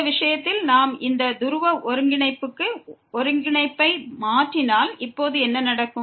இந்த விஷயத்தில் நாம் இந்த துருவ ஒருங்கிணைப்புக்கு ஒருங்கிணைப்பை மாற்றினால் இப்போது என்ன நடக்கும்